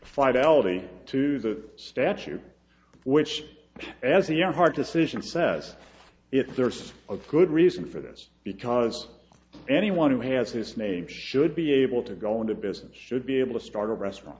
fidelity to the statute which as the young hard decision says if there's a good reason for this because anyone who has his name should be able to go into business should be able to start a restaurant